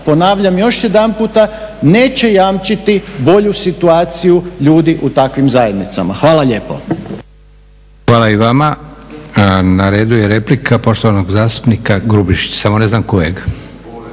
ponavljam još jedan puta neće jamčiti bolju situaciju ljudi u takvim zajednicama. Hvala lijepo. **Leko, Josip (SDP)** Hvala i vama. Na redu je replika poštovanog zastupnika Grubišić. Samo ne znam kojeg?